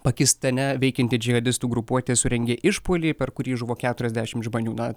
pakistane veikianti džihadistų grupuotė surengė išpuolį per kurį žuvo keturiasdešimt žmonių na